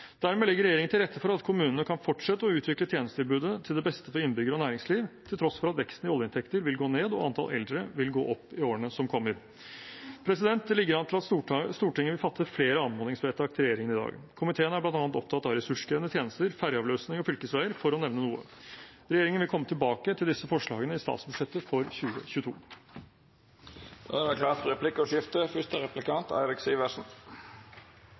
Dermed legger regjeringen til rette for at kommunene kan fortsette å utvikle tjenestetilbudet til det beste for innbyggere og næringsliv, til tross for at veksten i oljeinntekter vil gå ned og antall eldre vil gå opp i årene som kommer. Det ligger an til at Stortinget vil fatte flere anmodningsvedtak til regjeringen i dag. Komiteen er bl.a. opptatt av ressurskrevende tjenester, ferjeavløsning og fylkesveier, for å nevne noe. Regjeringen vil komme tilbake til disse forslagene i statsbudsjettet for 2022. Det